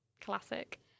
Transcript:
Classic